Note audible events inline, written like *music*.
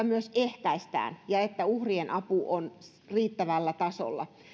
*unintelligible* myös ehkäistään ja että uhrien apu on riittävällä tasolla